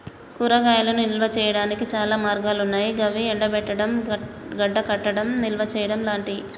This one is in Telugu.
కూరగాయలను నిల్వ చేయనీకి చాలా మార్గాలన్నాయి గవి ఎండబెట్టడం, గడ్డకట్టడం, నిల్వచేయడం లాంటియి